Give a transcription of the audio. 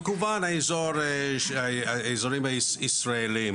וכמובן האזורים הישראלים.